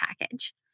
package